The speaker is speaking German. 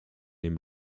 dem